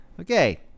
Okay